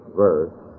verse